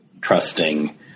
trusting